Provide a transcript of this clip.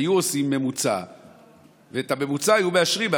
היו עושים ממוצע ואת הממוצע היו מאשרים?